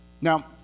Now